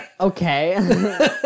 Okay